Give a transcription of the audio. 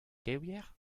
gevier